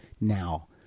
now